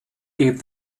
gave